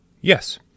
Yes